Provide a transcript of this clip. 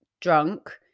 drunk